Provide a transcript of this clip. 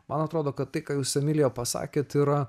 man atrodo kad tai ką jūs emilija pasakėt yra